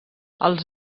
els